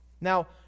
Now